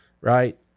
right